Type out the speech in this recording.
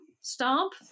stomp